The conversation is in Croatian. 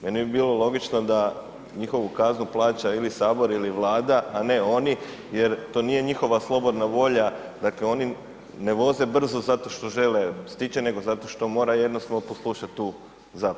Meni bi bilo logično da njihovu kaznu plaća ili sabor ili vlada jer to nije njihova slobodna volja, dakle oni ne voze brzo zašto što žele stići nego zato što moraju jednostavno poslušat tu zapovijed.